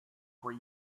were